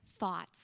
Thoughts